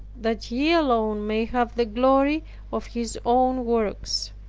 that he alone may have the glory of his own works.